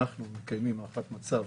אנחנו מקיימים הערכת מצב